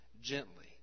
gently